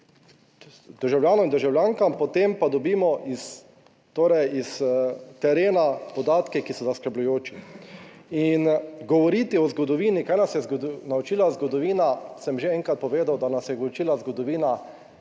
Državljanom in državljankam potem pa dobimo iz, torej iz terena podatke, ki so zaskrbljujoči in govoriti o zgodovini, kaj nas je naučila zgodovina, sem že enkrat povedal, da nas je učila zgodovina